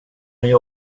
mig